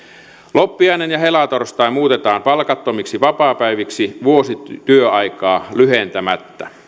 loppiainen ja helatorstai muutetaan palkattomiksi vapaapäiviksi vuosityöaikaa lyhentämättä